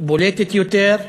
בולטת יותר,